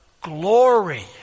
Glory